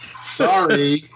Sorry